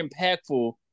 impactful